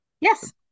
Yes